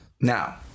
Now